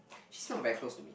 she's not very close to me